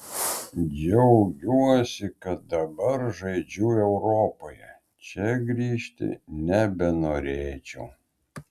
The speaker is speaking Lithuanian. džiaugiuosi kad dabar žaidžiu europoje čia grįžti nebenorėčiau